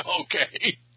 Okay